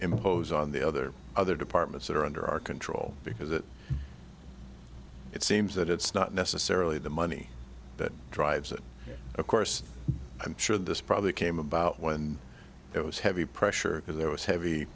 impose on the other other departments that are under our control because it seems that it's not necessarily the money that drives it of course i'm sure this probably came about when there was heavy pressure as there was heavy